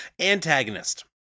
Antagonist